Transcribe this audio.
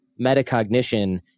metacognition